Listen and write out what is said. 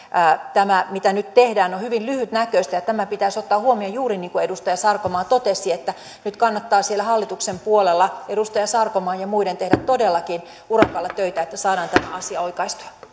tämä mitä nyt tehdään on hyvin lyhytnäköistä ja tämä pitäisi ottaa huomioon juuri niin kuin edustaja sarkomaa totesi että nyt kannattaa siellä hallituksen puolella edustaja sarkomaan ja muiden tehdä todellakin urakalla töitä että saadaan tämä asia oikaistua